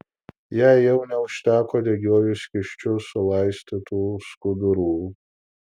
jai jau neužteko degiuoju skysčiu sulaistytų skudurų